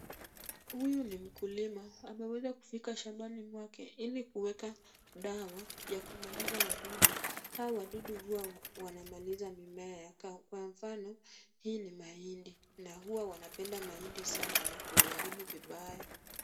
Huyu ni mkulima ameweza kufika shambani mwake ili kuweka dawa ya kumaliza wadudu. Hawa wadudu huwa wanamaliza mimea. Kwa mfano, hii ni mahindi na huwa wanapenda mahindi sana na kuiharibu vibaya.